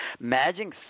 Imagine